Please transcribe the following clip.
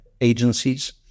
agencies